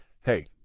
Hey